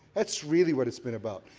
that's really what it's been about.